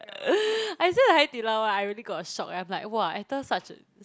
I saw the Hai-Di-Lao one I really got a shock eh I'm like !wow! enter such a